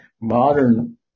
modern